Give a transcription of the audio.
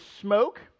smoke